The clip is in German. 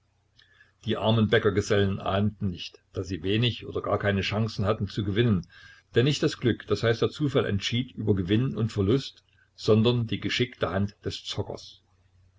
die armen bäckergesellen ahnten nicht daß sie wenig oder gar keine chancen hatten zu gewinnen denn nicht das glück d h der zufall entschied über gewinn und verlust sondern die geschickte hand des zockers